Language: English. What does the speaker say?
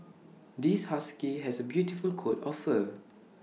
this husky has A beautiful coat of fur